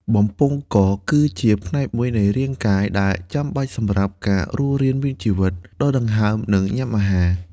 បំពង់ក គឺជាផ្នែកមួយនៃរាងកាយដែលចាំបាច់សម្រាប់ការរស់រានមានជីវិត ដកដង្ហើម និងញ៉ាំអាហារ។